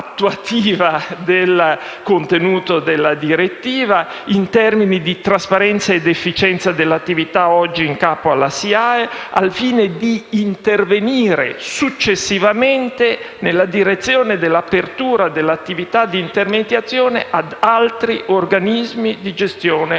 del contenuto della direttiva - «in termini di trasparenza ed efficienza dell'attività oggi in capo alla sola SIAE, al fine di intervenire successivamente, anche nella direzione dell'apertura dell'attività di intermediazione ad altri organismi di gestione